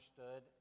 understood